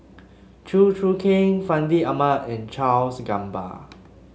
Chew Choo Keng Fandi Ahmad and Charles Gamba